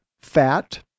fat